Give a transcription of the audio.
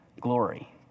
glory